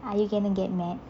are you gonna get mad